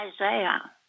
Isaiah